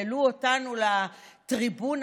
העלו אותנו לטריבונה,